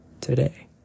today